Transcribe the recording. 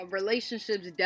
relationships